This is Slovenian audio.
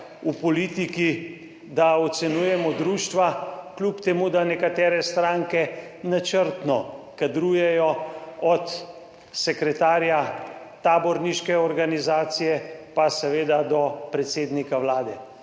v politiki, da ocenjujemo društva, kljub temu, da nekatere stranke načrtno kadrujejo, od sekretarja taborniške organizacije pa seveda do predsednika Vlade,